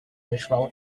myślał